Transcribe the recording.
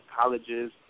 colleges